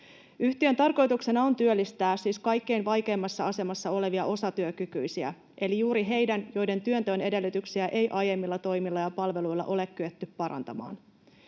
Yhtiön tarkoituksena on työllistää siis kaikkein vaikeimmassa asemassa olevia osatyökykyisiä eli juuri heitä, joiden työnteon edellytyksiä ei aiemmilla toimilla ja palveluilla ole kyetty parantamaan.